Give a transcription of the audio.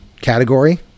category